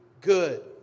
good